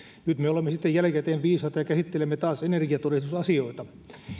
nyt me olemme sitten jälkikäteen viisaita ja käsittelemme taas energiatodistusasioita